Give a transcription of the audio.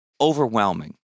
overwhelming